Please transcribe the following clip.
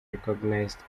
recognized